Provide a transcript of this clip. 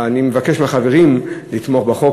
אני מבקש מהחברים לתמוך בחוק.